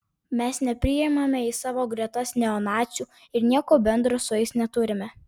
mes nepriimame į savo gretas neonacių ir nieko bendro su jais neturime